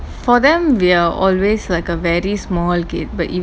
for them we are always like a very small kid but you